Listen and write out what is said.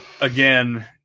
again